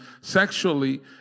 sexually